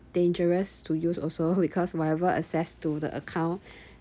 dangerous to use also because whatever access to the account